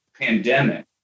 pandemic